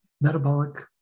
metabolic